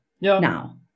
now